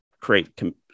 create